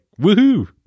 Woohoo